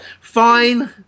Fine